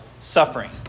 suffering